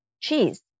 cheese